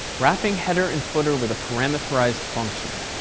wrapping header and footer with a parameterized function.